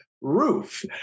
Roof